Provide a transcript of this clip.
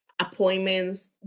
appointments